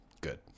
good